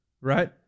Right